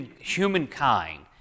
humankind